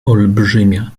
olbrzymia